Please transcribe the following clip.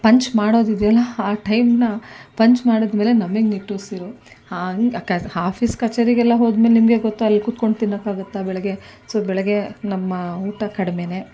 punch ಮಾಡೋದಿದೆಯಲ್ಲ ಆ ಟೈಮನ್ನ ಪಂಚ್ ಮಾಡಿದ್ಮೇಲೆ ನಮಗೆ ನಿಟ್ಟುಸಿರು ಆಫೀಸ್ ಕಛೇರಿಗೆಲ್ಲ ಹೋದ್ಮೇಲೆ ನಿಮಗೆ ಗೊತ್ತು ಅಲ್ಲಿ ಕೂತ್ಕೊಂಡು ತಿನ್ನೋಕ್ಕಾಗುತ್ತಾ ಬೆಳಗ್ಗೆ ಸೊ ಬೆಳಗ್ಗೆ ನಮ್ಮ ಊಟ ಕಡಿಮೆನೇ